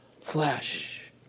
flesh